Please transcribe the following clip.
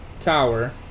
tower